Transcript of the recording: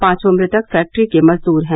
पाचों मृतक फैक्ट्री के मजदूर हैं